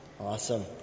Awesome